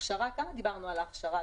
כמה דיברנו על ההכשרה?